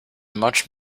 much